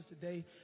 today